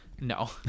No